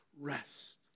rest